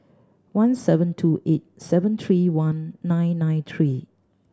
one seven two eight seven three one nine nine three